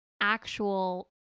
actual